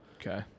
okay